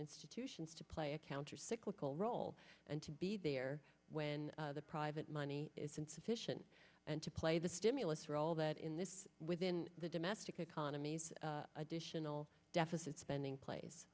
institutions to play a counter cyclical role and to be there when the private money is insufficient and to play the stimulus role that in this within the domestic economies additional deficit spending p